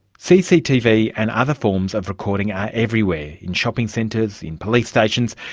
cctv and other forms of recording are everywhere, in shopping centres, in police stations.